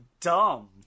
dumb